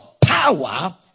power